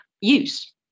use